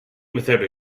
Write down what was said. without